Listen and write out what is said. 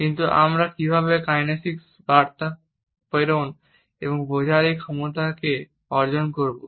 কিন্তু আমরা কিভাবে কাইনেসিক বার্তা প্রেরণ এবং বোঝার এই ক্ষমতা অর্জন করব